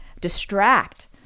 distract